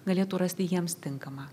galėtų rasti jiems tinkamą